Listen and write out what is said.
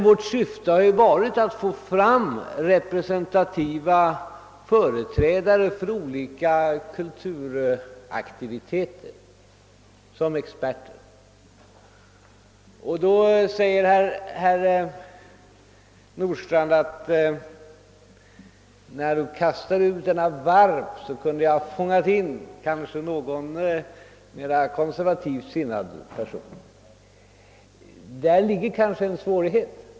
Vårt syfte har varit att som experter få representativa företrädare för olika kulturaktiviteter. Herr Nordstrandh säger att jag när jag kastade ut denna varp kanske hade kunnat fånga in någon mera konservativt sinnad person. Däri ligger en svårighet.